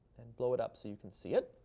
and blow it up so you can see it.